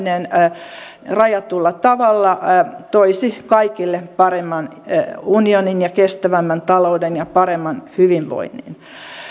yhteisen päätöksenteon lisääminen rajatulla tavalla toisi kaikille paremman unionin kestävämmän talouden ja paremman hyvinvoinnin